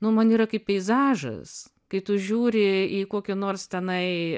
nu man yra kaip peizažas kai tu žiūri į kokį nors tenai